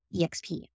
EXP